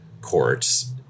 courts